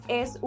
es